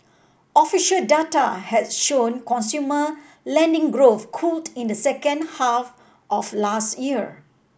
official data has shown consumer lending growth cooled in the second half of last year